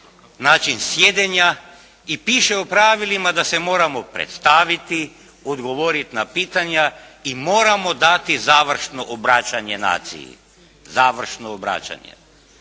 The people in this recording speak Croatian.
znači sjedenja i piše u pravilima da se moramo predstaviti, odgovoriti na pitanja i moramo dati završno obraćanje naciji. To su